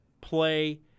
play –